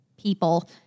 people